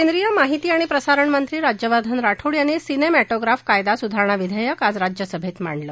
केंद्रीय माहिती अणि प्रसारणमंत्री राज्यवर्धन राठोड यांनी सिनेमॅटोग्राफ कायदा सुधारणा विधेयक आज राज्यसभेत मांडलं